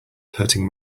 hurting